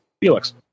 Felix